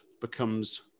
becomes